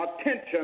attention